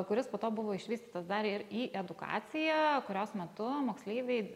kuris po to buvo išvystytas dar ir į edukaciją kurios metu moksleiviai